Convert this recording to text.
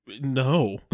no